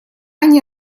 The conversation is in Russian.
они